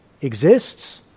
exists